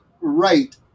right